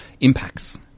impacts